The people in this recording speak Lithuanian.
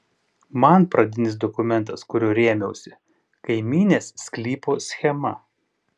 man pradinis dokumentas kuriuo rėmiausi kaimynės sklypo schema